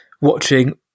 watching